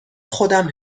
خودم